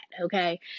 Okay